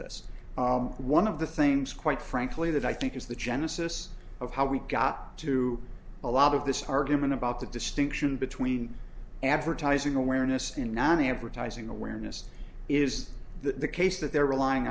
this one of the things quite frankly that i think is the genesis of how we got to a lot of this argument about the distinction between advertising awareness and not ever ties in awareness is that the case that they're relying